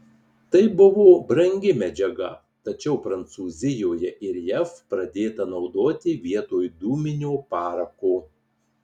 tai buvo brangi medžiaga tačiau prancūzijoje ir jav pradėta naudoti vietoj dūminio parako